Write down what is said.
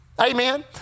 amen